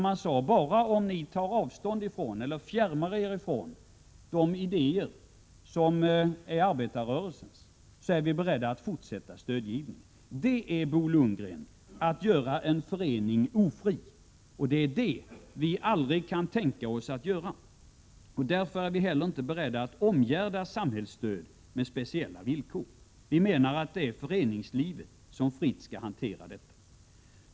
Man sade: Bara om ni fjärmar er från de idéer som är arbetarrörelsens är vi beredda att fortsätta att ge stöd. Det är, Bo Lundgren, att göra en förening ofri, och det är det vi aldrig kan tänka oss att göra. Därför är vi inte heller beredda att omgärda samhällsstödet med speciella villkor. Vi menar att det är föreningslivet som fritt skall hantera detta.